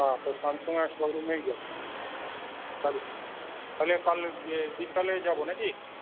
হ্যাঁ তো স্যামসাংয়ের শোরুমেই যাবে তাহলে কাল বে বিকালে যাব নাকি